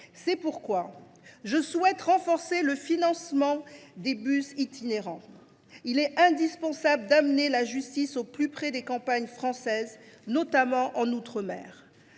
C’est pourquoi je souhaite renforcer le financement des bus itinérants. Il est indispensable d’amener la justice au plus près des campagnes françaises, notamment en outre mer.